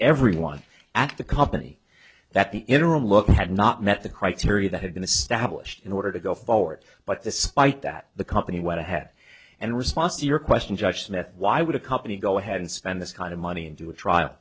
everyone at the company that the interim look had not met the criteria that had been established in order to go forward but the spite that the company went ahead and response to your question judge smith why would a company go ahead and spend this kind of money into a trial